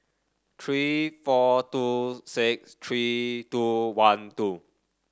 three four two six three two one two